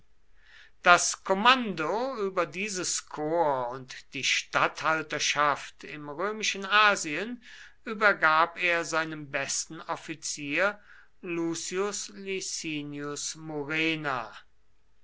das kommando über dieses korps und die statthalterschaft im römischen asien übergab er seinem besten offizier lucius licinius murena